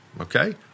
okay